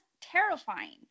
terrifying